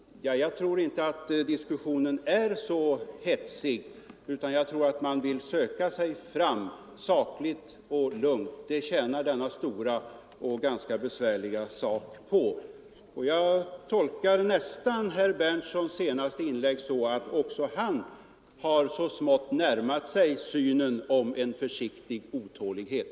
Jag tror inte att diskussionen är särskilt hetsig, utan jag tror att de som deltar i den vill söka sig fram sakligt och lugnt. Det tjänar denna stora och ganska besvärliga sak på. Jag vill gärna tolka herr Berndtsons senaste inlägg så, att också han så smått har närmat sig uppfattningen att man bör hysa en försiktig otålighet